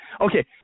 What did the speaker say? Okay